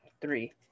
three